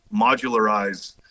modularize